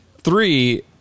Three